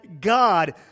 God